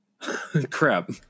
crap